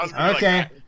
okay